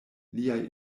liaj